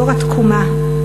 דור התקומה,